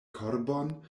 korbon